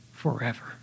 forever